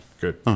good